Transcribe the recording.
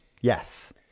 yes